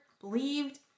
believed